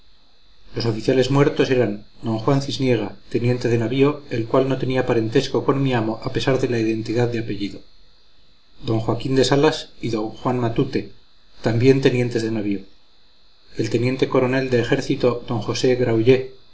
los oficiales muertos eran d juan cisniega teniente de navío el cual no tenía parentesco con mi amo a pesar de la identidad de apellido d joaquín de salas y d juan matute también tenientes de navío el teniente coronel de ejército d josé